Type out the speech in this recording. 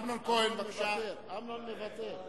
אני מוותר.